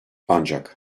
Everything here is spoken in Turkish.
ancak